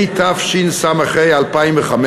התשס"ה 2005,